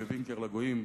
ווינקר לגויים,